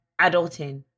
adulting